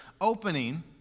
opening